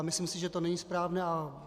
Myslím si, že to není správné.